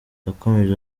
yakomeje